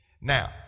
Now